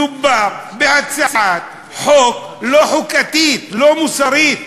מדובר בהצעת חוק לא חוקתית, לא מוסרית.